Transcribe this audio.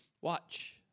Watch